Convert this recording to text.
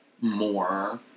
more